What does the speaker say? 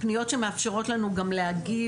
פניות שמאפשרות לנו גם להגיב,